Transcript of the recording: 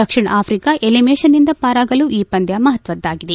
ದಕ್ಷಿಣ Africa ಎಲಿಮಿನೇಷನ್ನಿಂದ ಪರಾಗಲು ಈ ಪಂದ್ಯ ಮಪತ್ತದ್ದಾಗಿದೆ